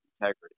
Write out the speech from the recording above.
integrity